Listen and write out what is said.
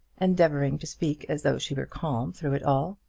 endeavouring to speak as though she were calm through it all.